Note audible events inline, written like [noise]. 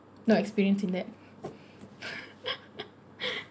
no experience in that [laughs]